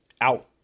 out